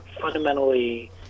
fundamentally